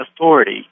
authority